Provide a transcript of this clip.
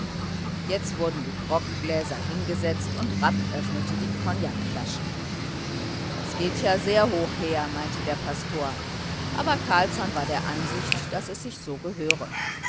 jetzt wurden die groggläser hingesetzt und rapp öffnete die kognakflaschen das geht ja sehr hoch her meinte der pastor aber carlsson war der ansicht daß es sich so gehöre